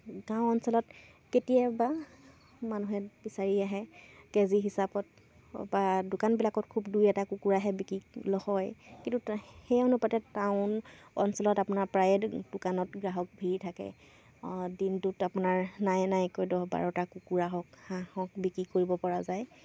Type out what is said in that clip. গাঁও অঞ্চলত কেতিয়াবা মানুহে বিচাৰি আহে কেজি হিচাপত বা দোকানবিলাকত খুব দুই এটা কুকুৰাহে বিক্ৰী হয় কিন্তু সেই অনুপাতে টাউন অঞ্চলত আপোনাৰ প্ৰায়ে দোকানত গ্ৰাহক ভিৰ থাকে দিনটোত আপোনাৰ নায়ে নাইকৈ দহ বাৰটা কুকুৰা হওক হাঁহ হওক বিক্ৰী কৰিব পৰা যায়